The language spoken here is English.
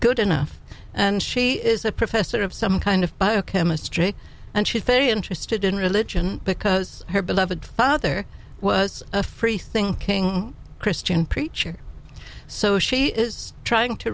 good enough and she is a professor of some kind of biochemistry and she's very interested in religion because her beloved father was a free thinking christian preacher so she is trying to